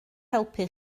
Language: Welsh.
helpu